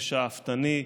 זה שאפתני,